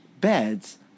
beds